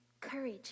courage